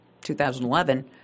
2011